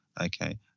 Okay